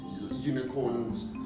unicorns